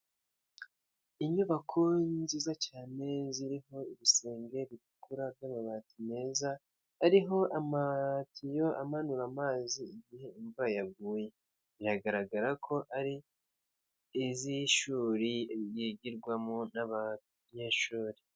Inyubako nziza cyane ziriho ibisenge bitukura n'amabati meza ariho amatiyo amanura amazi igihe imvura yaguye, biragaragara ko ari iz'ishuri zigirwamo n'abanyeshuri.